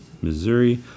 Missouri